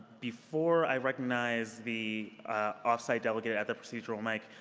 before i recognize the off-site delegate at the procedural mic,